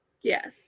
Yes